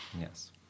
Yes